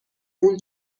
اون